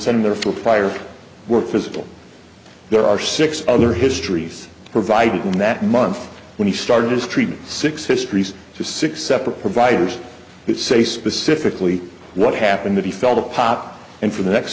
send their fire work physical there are six other histories provided in that month when he started his treatment six histories to six separate providers that say specifically what happened that he felt a pop and for the next